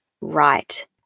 right